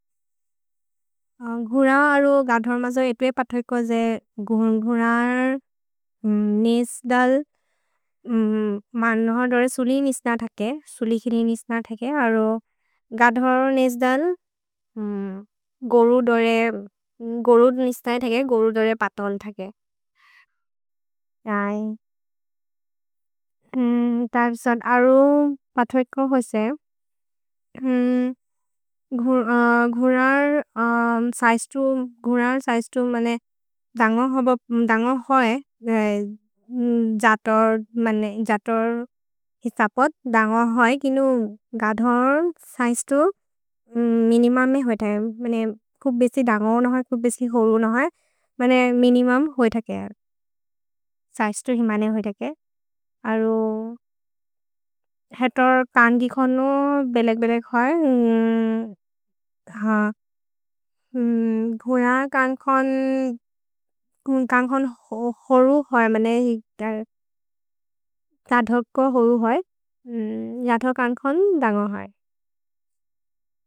घुर अरो गधर् मजो एत्वे पथेको जे घोर् घोरर् नेस्दल् मन्हर् दोरे सुलि निस्न थके, सुलि खिरि निस्न थके अरो गधर् नेस्दल् गोरु दोरे, गोरु निस्न थके, गोरु दोरे पतन् थके। जै। जतर् मन्ने जतर् हिसपत् दन्ग है किनु गधर् सैस्तु मिनिममए होइ थके, मने कुब् बेसि दन्गन है, कुब् बेसि होरून है, मने मिनिममए होइ थके अर्, सैस्तु हिमने होइ थके। जतर् कन्गि कोनो बेलेक्-बेलेक् है, घुर कन्ग्कोन होरु है, जतर् कन्ग्कोन दन्ग है।